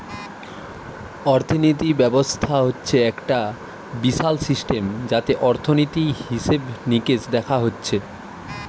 অর্থিনীতি ব্যবস্থা হচ্ছে একটা বিশাল সিস্টেম যাতে অর্থনীতি, হিসেবে নিকেশ দেখা হচ্ছে